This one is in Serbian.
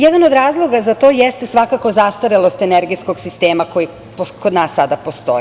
Jedan od razloga za to jeste svakako zastarelost energetskog sistema koji kod nas sada postoji.